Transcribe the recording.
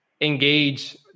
engage